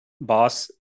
boss